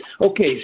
Okay